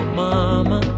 mama